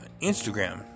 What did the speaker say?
instagram